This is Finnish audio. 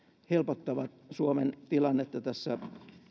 helpottavat suomen tilannetta tässä